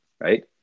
right